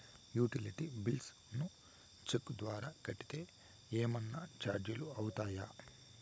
Utility bills ను cheque ద్వారా కట్టితే ఏమన్నా చార్జీలు అవుతాయా?